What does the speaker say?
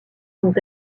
sont